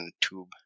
tube